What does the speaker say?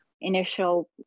initial